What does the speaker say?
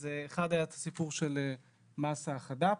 אז ראשית, היה את הסיפור של מס החד"פ